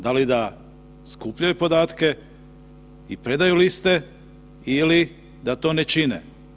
Da li da skupljaju podatke i predaju liste ili da to ne čine?